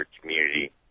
community